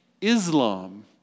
Islam